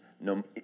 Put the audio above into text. no